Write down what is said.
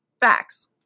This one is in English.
Facts